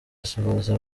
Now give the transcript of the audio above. asuhuza